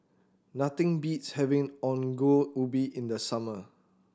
nothing beats having Ongol Ubi in the summer